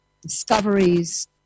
discoveries